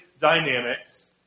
dynamics